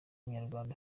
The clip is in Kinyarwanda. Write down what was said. umunyarwanda